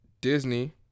Disney